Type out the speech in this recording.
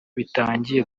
bitangiye